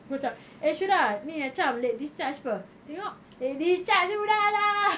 aku macam eh syura ni macam boleh discharge [pe] tengok eh discharge sudah lah